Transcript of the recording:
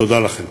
תודה לכם.